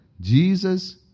Jesus